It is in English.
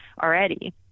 already